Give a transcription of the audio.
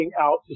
out